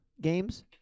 games